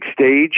stage